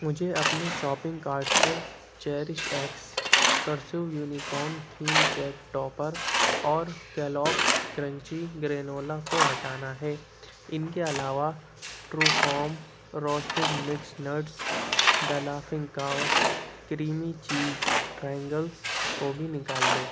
مجھے اپنے shopping cart سے Cherish X Crisu unicorn theme cake topper اور کیلوگز کرنچی گرینولا کو ہٹانا ہے ان کے علاوہ Trufarm roasted mixed nuts the Laughing Cow creamy cheese triangles کو بھی نکال دو